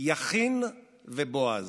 יכין ובועז.